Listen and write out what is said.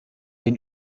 den